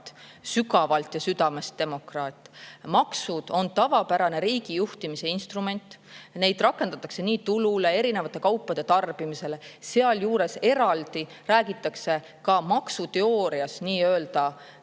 sügavalt ja südamest demokraat. Maksud on tavapärane riigijuhtimise instrument, neid rakendatakse nii tulu kui ka erinevate kaupade tarbimise suhtes. Sealjuures räägitakse maksuteoorias ka eraldi